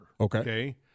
Okay